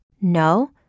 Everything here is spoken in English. No